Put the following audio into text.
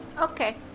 Okay